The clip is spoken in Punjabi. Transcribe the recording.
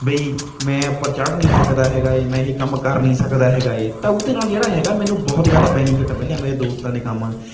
ਬਈ ਮੈਂ ਉੱਪਰ ਚੜ੍ਹ ਨਹੀਂ ਸਕਦਾ ਹੈਗਾ ਮੈਂ ਇਹ ਕੰਮ ਕਰ ਨਹੀਂ ਸਕਦਾ ਹੈਗਾ ਹੈ ਤਾਂ ਉਹਦੇ ਨਾਲ ਜਿਹੜਾ ਹੈਗਾ ਮੈਨੂੰ ਬਹੁਤ ਜ਼ਿਆਦਾ ਬੈਨੀਫਿਟ ਮਿਲਿਆ ਮੇਰੇ ਦੋਸਤਾਂ ਨੇ ਕੰਮ